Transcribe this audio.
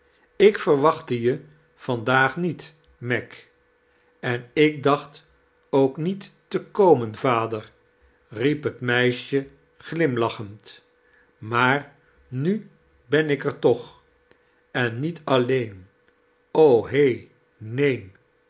ik verwachtte je vandaag niet meg en ik dacht ook niet te komen yader riep het meisje glimlachend j maar nu ben ik er tocli en niet j alleen o he neen